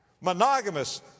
monogamous